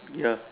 ya